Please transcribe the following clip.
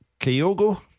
Kyogo